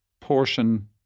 portion